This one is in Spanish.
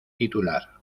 titular